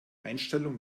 einstellung